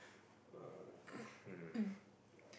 uh hmm